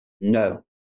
no